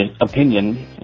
opinion